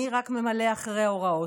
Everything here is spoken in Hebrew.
אני רק ממלא אחרי ההוראות.